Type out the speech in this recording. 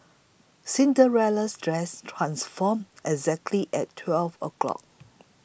Cinderella's dress transformed exactly at twelve o'clock